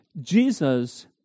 Jesus